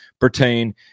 pertain